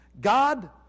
God